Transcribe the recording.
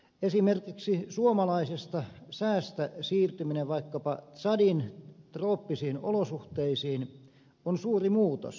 esimerkiksi suomalaisesta säästä siirtyminen vaikkapa tsadin trooppisiin olosuhteisiin on suuri muutos